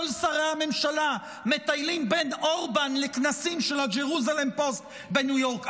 כל שרי הממשלה מטיילים בין אורבן לכנסים של הג'רוזלם פוסט בניו יורק.